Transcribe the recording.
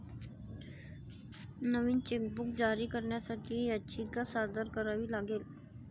नवीन chequebook जारी करण्यासाठी याचिका सादर करावी लागेल